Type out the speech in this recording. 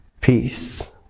peace